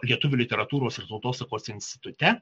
lietuvių literatūros ir tautosakos institute